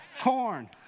Corn